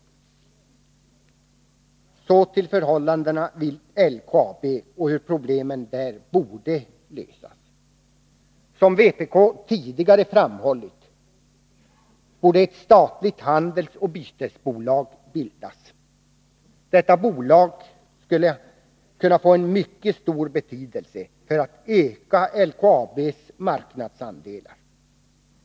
Så till förhållandena vid LKAB och hur problemen där borde lösas. Som vpk tidigare framhållit borde ett statligt handelsoch bytesbolag bildas. Detta bolag skulle kunna få en mycket stor betydelse för att öka LKAB:s marknadsandelar.